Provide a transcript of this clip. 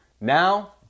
Now